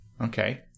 Okay